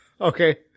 Okay